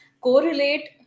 correlate